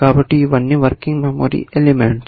కాబట్టి ఇవన్నీ working memory elements